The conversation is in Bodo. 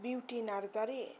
बिउथि नारजारि